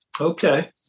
Okay